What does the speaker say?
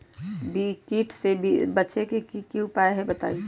कीट से बचे के की उपाय हैं बताई?